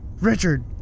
Richard